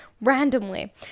randomly